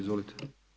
Izvolite.